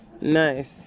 Nice